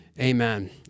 amen